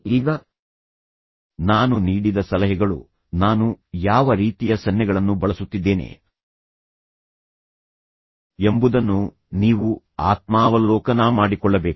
ಈಗ ನಾನು ನೀಡಿದ ಸಲಹೆಗಳು ನಾನು ಯಾವ ರೀತಿಯ ಸನ್ನೆಗಳನ್ನು ಬಳಸುತ್ತಿದ್ದೇನೆ ಎಂಬುದನ್ನು ನೀವು ಆತ್ಮಾವಲೋಕನ ಮಾಡಿಕೊಳ್ಳಬೇಕು